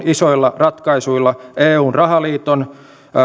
isoilla ratkaisuilla eun rahaliiton